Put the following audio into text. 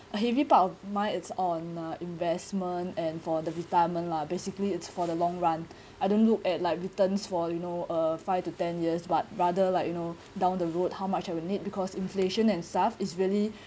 a heavy part of mine it's on uh investment and for the retirement lah basically it's for the long run I don't look at like returns for you know uh five to ten years but rather like you know down the road how much I would need because inflation and stuff is really